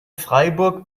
freiburg